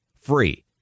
free